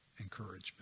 encouragement